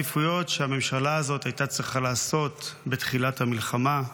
שהממשלה הזו הייתה צריכה לעשות בתחילה המלחמה.